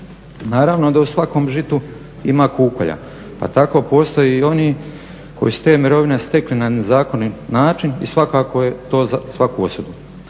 Naravno da u svakom žitu ima kukolja, pa tako postoje i oni koji su te mirovine stekli na nezakonit način i svakako je to za svaku osudu.